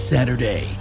Saturday